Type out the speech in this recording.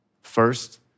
First